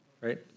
right